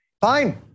Fine